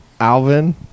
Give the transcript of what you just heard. Alvin